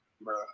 Bro